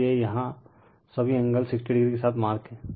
इसलिए यहां सभी एंगल 60o के साथ मार्क हैं